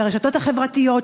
של הרשתות החברתיות,